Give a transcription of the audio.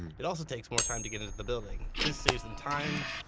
it also takes more time to get into the building. this saves them time,